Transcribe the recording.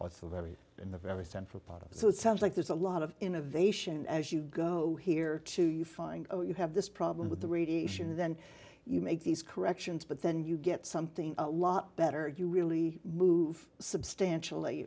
the very in the very center part of so it sounds like there's a lot of innovation as you go here too you find oh you have this problem with the radiation and then you make these corrections but then you get something a lot better you really move substantially